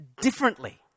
differently